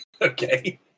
Okay